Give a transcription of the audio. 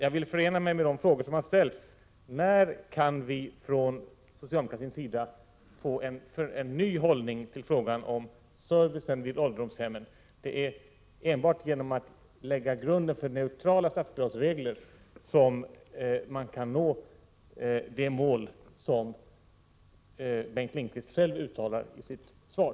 Jag vill emellertid instämma i de frågor som har ställts: När kan vi emotse en ny hållning från socialdemokraternas sida till frågan om servicen vid ålderdomshemmen? Det är enbart genom att lägga grunden för neutrala statsbidragsregler som man kan nå det mål som Bengt Lindqvist själv anger i sitt svar.